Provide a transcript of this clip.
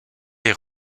les